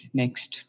next